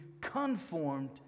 conformed